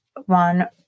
one